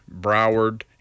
broward